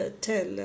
tell